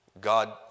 God